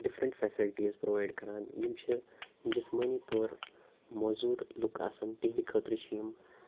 different facilities provide کَران یِم چھِ جِسمٲنی طور موزوٗر آسَن تِہِنٛدِ خٲطرٕ چھِ یِم